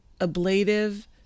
ablative